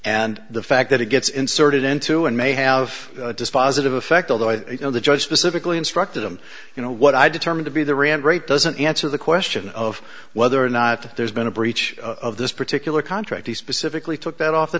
and the fact that it gets inserted into an may have dispositive effect although i know the judge specifically instructed them you know what i determine to be the rand rate doesn't answer the question of whether or not there's been a breach of this particular contract he specifically took that off the